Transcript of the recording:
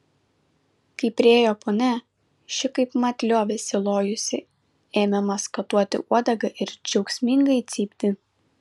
kai priėjo ponia ši kaipmat liovėsi lojusi ėmė maskatuoti uodegą ir džiaugsmingai cypti